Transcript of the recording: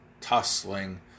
tussling